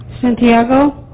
Santiago